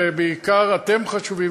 ובעיקר אתם חשובים,